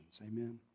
Amen